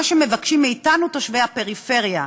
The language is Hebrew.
מה שמבקשים מאתנו, תושבי הפריפריה,